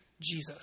Jesus